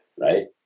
right